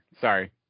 sorry